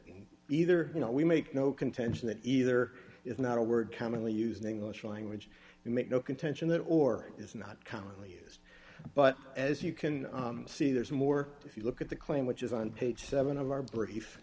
it either you know we make no contention that either is not a word commonly used in english language you make no contention that or is not commonly used but as you can see there's more if you look at the claim which is on page seven of our brief